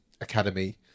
academy